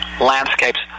landscapes